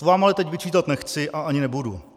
To vám ale teď vyčítat nechci a ani nebudu.